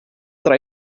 tra